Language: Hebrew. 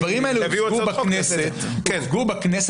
הדברים האלה הוצגו בכנסת בפרוטרוט,